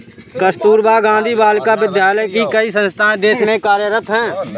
कस्तूरबा गाँधी बालिका विद्यालय की कई संस्थाएं देश में कार्यरत हैं